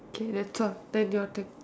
okay that's all then your turn